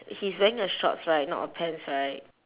he's wearing a shorts right not a pants right